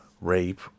rape